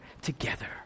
together